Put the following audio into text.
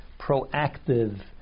proactive